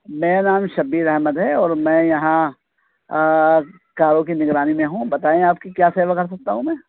میرا نام شبیر احمد ہے اور میں یہاں کاروں کی نگرانی میں ہوں بتائیں آپ کی کیا سیوا کر سکتا ہوں میں